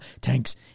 tanks